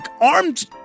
armed